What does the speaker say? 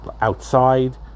outside